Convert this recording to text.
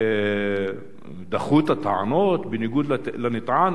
כשדחו את הטענות: "בניגוד לנטען,